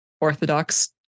Orthodox